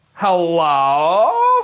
Hello